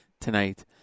tonight